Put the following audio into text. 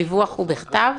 הדיווח הוא בכתב?